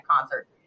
concert